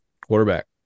Quarterback